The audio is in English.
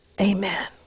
Amen